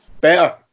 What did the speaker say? Better